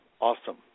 awesome